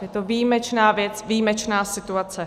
Je to výjimečná věc, výjimečná situace.